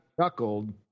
chuckled